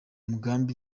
mugambi